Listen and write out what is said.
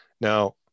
Now